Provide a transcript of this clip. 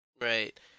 Right